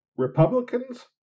Republicans